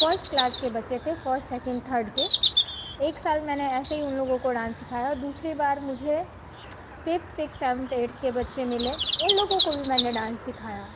first class के बच्चे थे फ़र्स्ट सेकेण्ड थर्ड के एक साल मैंने ऐसे ही उन लोगों को डान्स सिखाया और दूसरी बार मुझे फ़िफ्थ सिक्स्थ सेवेन्थ एट्थ के बच्चे मिले उन लोगों को भी मैंने डान्स सिखाया